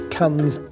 comes